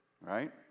right